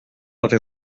avait